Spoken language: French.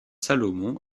salomon